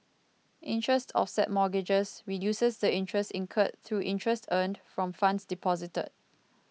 interest offset mortgages reduces the interest incurred through interest earned from funds deposited